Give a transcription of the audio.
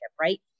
right